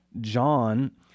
John